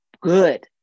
good